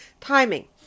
Timing